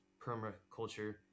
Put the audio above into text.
permaculture